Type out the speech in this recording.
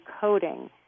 coding